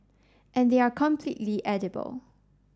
and they are completely edible